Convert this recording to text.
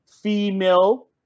female